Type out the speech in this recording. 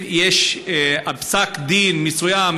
אם יש פסק דין מסוים,